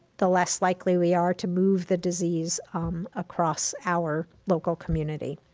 the less likely we are to move the disease across our local community.